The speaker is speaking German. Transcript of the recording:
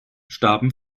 starben